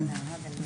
כן,